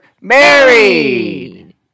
married